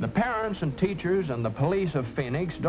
the parents and teachers and the police of phoenix